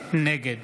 נגד